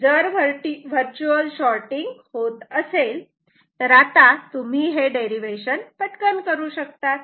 जर वर्च्युअल शॉटिंग होत असेल तर आता तुम्ही हे डेरिवेशन पटकन करू शकतात